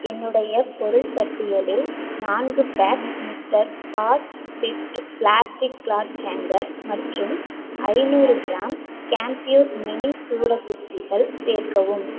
என்னுடைய பொருள் பட்டியலில் நான்கு pack mister pass swift plastic cloth hanger மற்றும் ஐநூறு கிராம் கேம்ப்யூர் மினி சூட குச்சிகள் சேர்க்கவும்